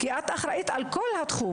כי את אחראית על כל התחום.